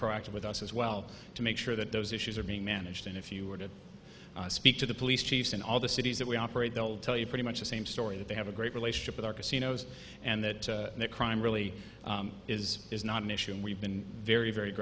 proactive with us as well to make sure that those issues are being managed and if you were to speak to the police chiefs in all the cities that we operate they'll tell you pretty much the same story that they have a great relationship with our casinos and that crime really is is not an issue and we've been very very